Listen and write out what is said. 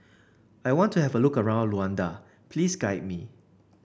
I want to have a look around Luanda please guide me